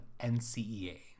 NCEA